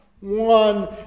One